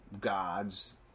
gods